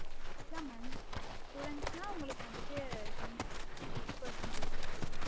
ஆமாம் அதுதான் மேம் உங்கள் ஸ்டுடெண்ட்ஸ்ஸுன்னா உங்களுக்கு வந்துட்டு டென் டுவெண்ட்டி பர்சண்ட் ஃபீஸு